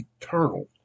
eternal